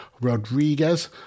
Rodriguez